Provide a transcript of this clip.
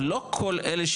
לא לתת דרכונים למי שלא